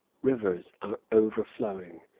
rivers are overflowing,